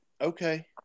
Okay